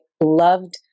loved